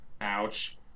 ouch